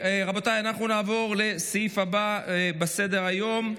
רבותיי, אנחנו נעבור לסעיף הבא בסדר-היום.